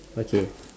okay